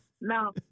No